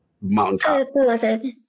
mountaintop